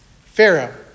Pharaoh